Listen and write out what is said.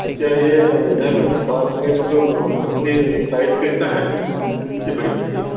अच्छा यह इधर पास के मतलब मछली साइज कैसा है कितनी बड़ी मछली है